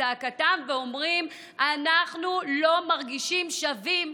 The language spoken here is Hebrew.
זעקתם ואומרים: אנחנו לא מרגישים שווים,